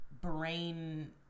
brain